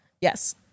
Yes